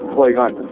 toy gun